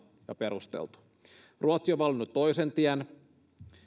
ja perusteltu ruotsi on valinnut toisen tien